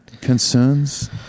Concerns